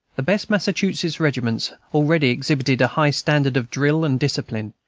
the best massachusetts regiments already exhibited a high standard of drill and discipline,